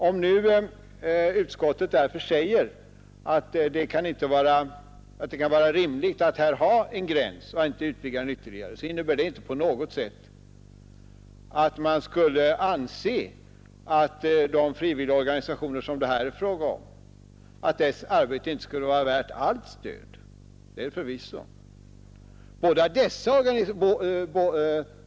Då utskottet säger att det kan vara rimligt att ha en gräns och inte utvidga tjänstebrevsrätten ytterligare, innebär detta inte på något sätt att vi skulle anse att de frivilliga organisationer som det här är fråga om inte skulle vara värda stöd för sitt arbete. Så är det förvisso inte.